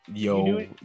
Yo